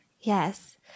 Yes